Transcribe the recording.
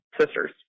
sisters